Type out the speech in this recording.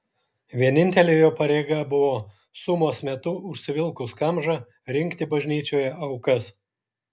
vienintelė jo pareiga buvo sumos metu užsivilkus kamžą rinkti bažnyčioje aukas